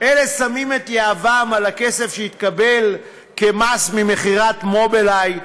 אלה שמים את יהבם על הכסף שיתקבל כמס ממכירת מובילאיי,